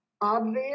obvious